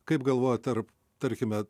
kaip galvojat ar tarkime